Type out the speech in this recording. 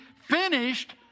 finished